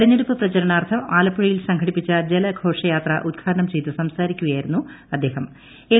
തെരഞ്ഞെടുപ്പ് പ്രചരണാർത്ഥം ആലപ്പുഴയിൽ സംഘടിപ്പിച്ച ജലഘ്പോഷിയാത്ര ഉദ്ഘാടനം ചെയ്ത് സംസാരിക്കുകയായിരുന്നു അദ്ദേഹ്ട് ഐൽ